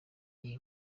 iyi